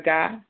God